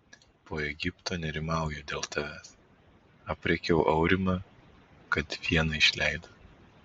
po egipto nerimauju dėl tavęs aprėkiau aurimą kad vieną išleido